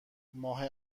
ماه